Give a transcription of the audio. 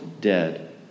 dead